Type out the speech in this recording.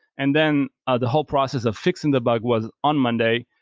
and then ah the whole process of fixing the bug was on monday.